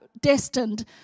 destined